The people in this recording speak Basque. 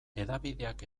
hedabideak